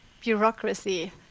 bureaucracy